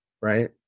right